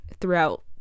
throughout